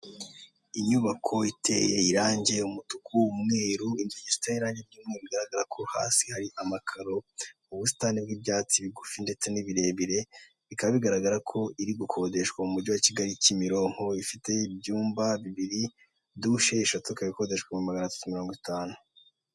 Inyubako iteye irangi, umutuku, umweru inzugi ziteye irange ry'umweru bigaragara ko hasi hari amakaro mu busitani bw'ibyatsi bigufi ndetse' birebire bikaba bigaragara ko iri gukodeshwa mu mujyi wa Kigali kimironko ifite ibyumba bibiri dushe eshatu akaba ikodeshwa ibihumbi magana tatu na mirongo itanu.